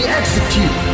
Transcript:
execute